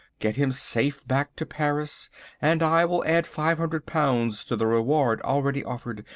get him safe back to paris and i will add five hundred pounds to the reward already offered.